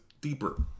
deeper